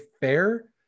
fair